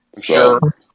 Sure